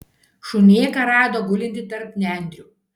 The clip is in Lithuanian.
šunėką rado gulintį tarp nendrių